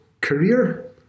career